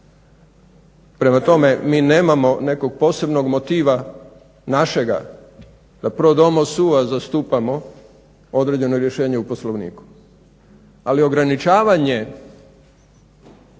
Prema tome, mi nemamo nekog posebnog motiva našega da pro domo suo zastupamo određeno rješenje u Poslovniku. Ali ograničavanje